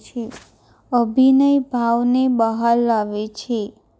છે અભિનય ભાવને બહાર લાવે છે